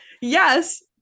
Yes